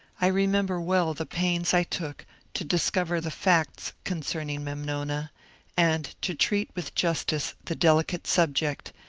i remember well the pains i took to discover the facts concerning memnona and to treat with justice the delicate subject,